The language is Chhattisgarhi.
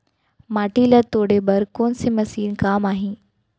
माटी ल तोड़े बर कोन से मशीन काम आही?